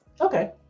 Okay